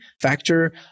factor